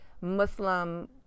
Muslim